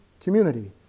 community